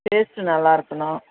taste நல்லா இருக்கனும்